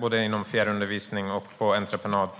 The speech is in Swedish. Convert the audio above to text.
både genom fjärrundervisning och på entreprenad.